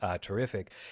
terrific